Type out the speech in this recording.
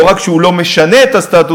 לא רק שהוא לא משנה את הסטטוס-קוו,